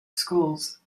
schools